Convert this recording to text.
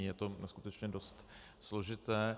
Je to skutečně dost složité.